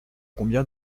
combien